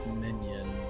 minion